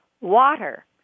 water